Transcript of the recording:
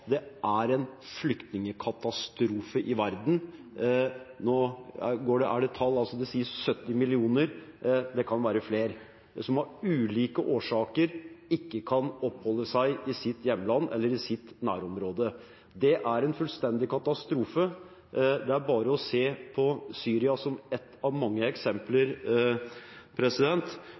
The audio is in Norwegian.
det er en flyktningkatastrofe i verden. Det sies at tallet er 70 millioner, det kan være flere, som av ulike årsaker ikke kan oppholde seg i sitt hjemland eller i sitt nærområde. Det er en fullstendig katastrofe. Det er bare å se på Syria som ett av mange eksempler